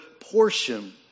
portion